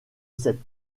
cette